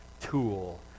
tool